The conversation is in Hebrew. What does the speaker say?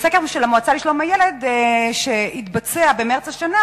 מסקר של המועצה לשלום הילד שנעשה במרס השנה